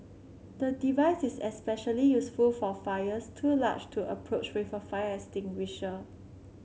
the device is especially useful for fires too large to approach with a fire extinguisher